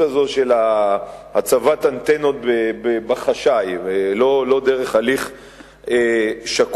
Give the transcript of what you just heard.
הזאת של הצבת האנטנות בחשאי ולא דרך הליך שקוף.